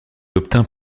obtint